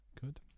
Good